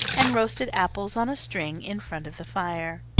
and roasted apples on a string in front of the fire.